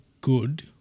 good